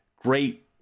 great